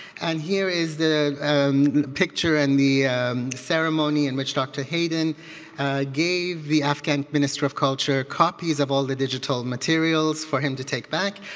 and here is the picture and the ceremony in which dr. haden gave the afghan minister of culture copies of all the digital materials for him to take back.